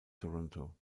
toronto